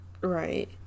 Right